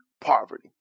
poverty